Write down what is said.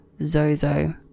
Zozo